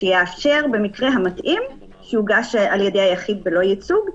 שיאפשר במקרה המתאים שיוגש על ידי היחיד בלא ייצוג,